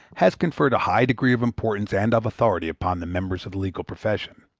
has conferred a high degree of importance and of authority upon the members of the legal profession.